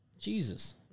Jesus